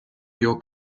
your